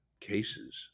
cases